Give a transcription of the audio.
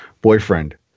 boyfriend